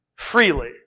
Freely